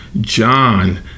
John